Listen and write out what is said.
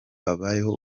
abayeho